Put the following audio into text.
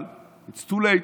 אבל it's too late,